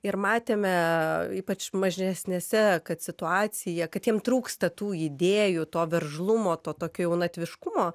ir matėme ypač mažesnėse kad situacija kad jiem trūksta tų idėjų to veržlumo to tokio jaunatviškumo